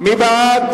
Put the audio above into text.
מי בעד?